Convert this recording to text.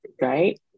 right